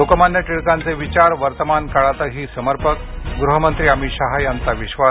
लोकमान्य टिळकांचे विचार वर्तमान काळातही समर्पक गृहमंत्री अमित शहा यांचा विश्वास